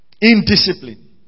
Indiscipline